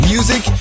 Music